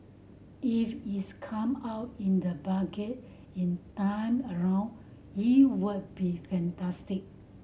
if it's come out in the Budget in time around it would be fantastic